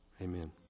Amen